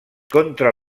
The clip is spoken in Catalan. contra